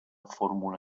fórmula